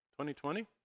2020